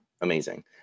Amazing